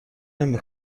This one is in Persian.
نمی